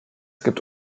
gibt